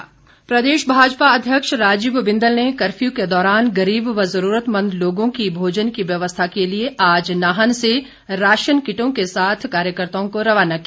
बिंदल प्रदेश भाजपा अध्यक्ष राजीव बिंदल ने कर्फ्यू के दौरान गरीब व जरूरतमंद लोगों को भोजन की व्यवस्था के लिए आज नाहन से राशन किटों के साथ कार्यकर्ताओं को रवाना किया